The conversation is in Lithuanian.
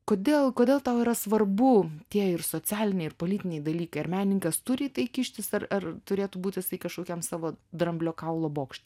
kodėl kodėl tau yra svarbu tie ir socialiniai ir politiniai dalykai ar menininkas turi į tai kištis ar ar turėtų būti jisai kažkokiam savo dramblio kaulo bokšte